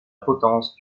potence